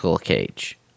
Cage